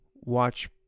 Watch